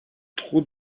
trop